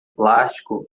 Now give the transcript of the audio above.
plástico